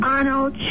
Arnold